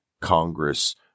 Congress